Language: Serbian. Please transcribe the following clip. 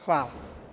Hvala.